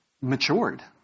matured